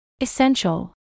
essential